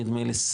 נדמה לי,